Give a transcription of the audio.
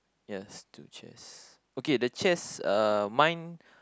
yes two chairs okay the chairs uh mine